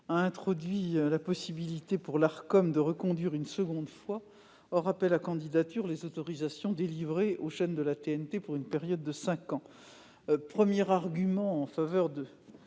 a introduit la possibilité pour l'Arcom de reconduire une seconde fois, hors appel à candidatures, les autorisations délivrées aux chaînes de la TNT, pour une période de cinq ans. Le fort risque